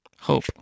Hope